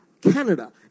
Canada